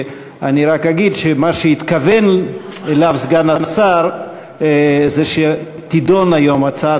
אני רק אגיד שמה שהתכוון אליו סגן השר זה שתידון היום הצעה